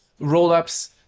Rollups